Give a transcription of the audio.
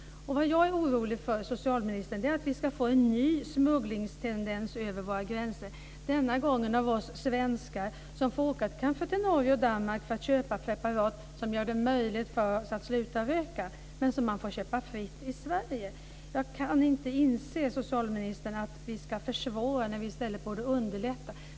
Jag är orolig, socialministern, för att vi ska få en ny smugglingstendens över våra gränser. Denna gång kommer det att vara vi svenskar som får åka kanske till Norge och Danmark för att köpa preparat som gör det möjligt för oss att sluta röka men som inte kan köpas fritt i Sverige. Jag kan inte inse, socialministern, att vi ska försvåra när vi i stället borde underlätta.